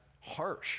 harsh